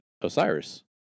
Osiris